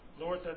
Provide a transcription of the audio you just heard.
Lord